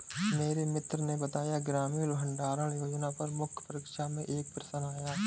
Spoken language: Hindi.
मेरे मित्र ने बताया ग्रामीण भंडारण योजना पर मुख्य परीक्षा में एक प्रश्न आया